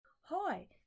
Hi